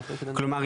כלומר,